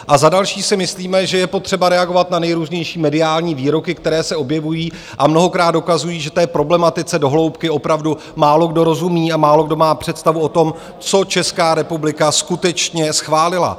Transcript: A za další si myslíme, že je potřeba reagovat na nejrůznější mediální výroky, které se objevují a mnohokrát dokazují, že té problematice do hloubky opravdu málokdo rozumí a málokdo má představu o tom, co Česká republika skutečně schválila.